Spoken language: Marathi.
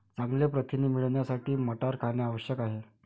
चांगले प्रथिने मिळवण्यासाठी मटार खाणे आवश्यक आहे